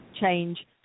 change